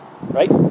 right